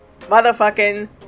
motherfucking